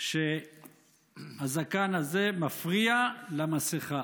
שהזקן הזה מפריע למסכה.